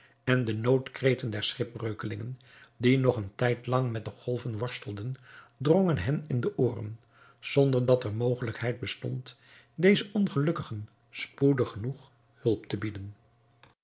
en de noodkreten der schipbreukelingen die nog een tijd lang met de golven worstelden drongen hen in de ooren zonder dat er mogelijkheid bestond deze ongelukkigen spoedig genoeg hulp te bieden